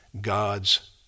God's